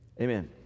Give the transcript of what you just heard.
amen